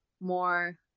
more